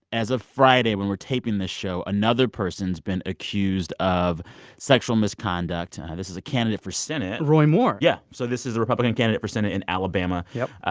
as of friday, when we're taping this show, another person's been accused of sexual misconduct. and this is a candidate for senate roy moore yeah. so this is the republican candidate for senate in alabama. yeah.